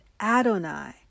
Adonai